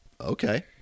Okay